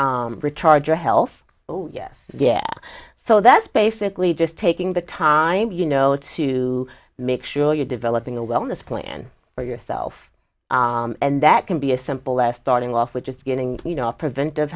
is retard your health yes yet so that's basically just taking the time you know to make sure you're developing a wellness plan for yourself and that can be as simple as starting off with just getting you know a preventive